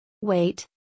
Wait